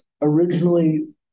Originally